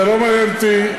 זה לא מעניין אותי.